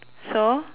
so